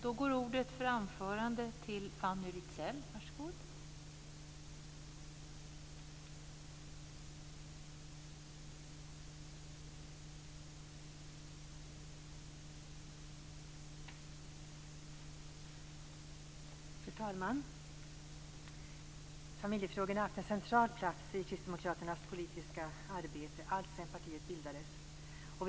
Fru talman! Familjefrågorna har haft en central plats i Kristdemokraternas politiska arbete alltsedan partiet bildades.